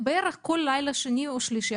בערך כל לילה שני או שלישי.